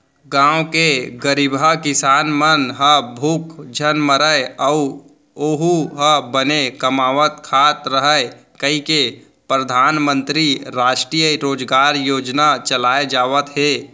गाँव के गरीबहा किसान मन ह भूख झन मरय अउ ओहूँ ह बने कमावत खात रहय कहिके परधानमंतरी रास्टीय रोजगार योजना चलाए जावत हे